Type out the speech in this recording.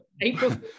April